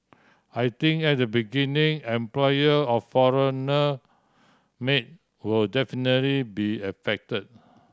I think at the beginning employer of foreign maid will definitely be affect